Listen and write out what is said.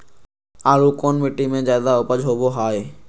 आलू कौन मिट्टी में जादा ऊपज होबो हाय?